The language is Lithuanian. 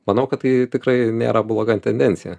manau kad tai tikrai nėra bloga tendencija